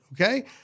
Okay